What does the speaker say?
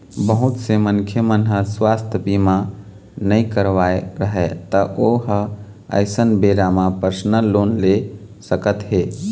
बहुत से मनखे मन ह सुवास्थ बीमा नइ करवाए रहय त ओ ह अइसन बेरा म परसनल लोन ले सकत हे